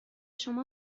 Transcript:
شما